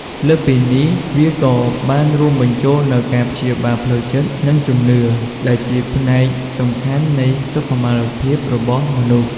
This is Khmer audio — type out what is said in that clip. លើសពីនេះ វាក៏បានរួមបញ្ចូលនូវការព្យាបាលផ្លូវចិត្ត និងជំនឿ ដែលជាផ្នែកសំខាន់នៃសុខុមាលភាពរបស់មនុស្ស។